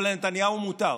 אבל לנתניהו מותר,